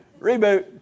Reboot